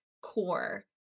core